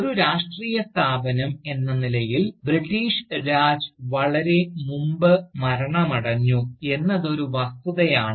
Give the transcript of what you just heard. ഒരു രാഷ്ട്രീയ സ്ഥാപനം എന്ന നിലയിൽ ബ്രിട്ടീഷ് രാജ് വളരെ മുമ്പ് മരണമടഞ്ഞു എന്നത് ഒരു വസ്തുതയാണ്